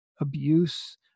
abuse